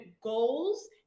goals